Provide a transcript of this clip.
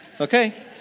Okay